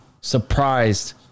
surprised